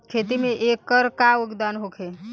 खेती में एकर का योगदान होखे?